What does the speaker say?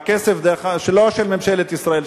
והכסף לא של ממשלת ישראל,